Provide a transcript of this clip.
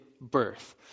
birth